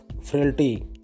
frailty